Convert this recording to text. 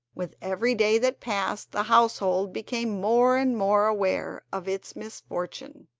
with every day that passed the household became more and more aware of its misfortune.